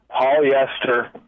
polyester